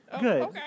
Good